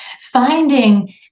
finding